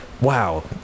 Wow